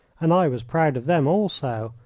and i was proud of them also.